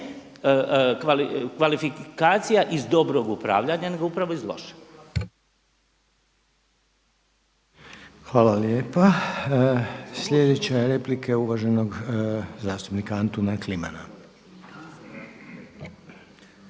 kvalifikacija iz dobrog upravljanja nego upravo iz lošeg. **Reiner, Željko (HDZ)** Hvala lijepa. Sljedeća replika je uvaženog zastupnika Anton Kliman.